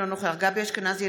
אינו נוכח גבי אשכנזי,